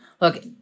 Look